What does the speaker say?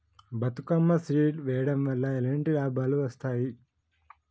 Bathukamma seed వెయ్యడం వల్ల ఎలాంటి లాభాలు వస్తాయి?